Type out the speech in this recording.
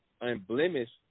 unblemished